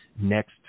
next